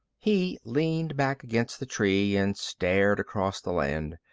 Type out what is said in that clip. he leaned back against the tree and stared across the land.